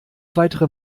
weitere